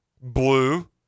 blue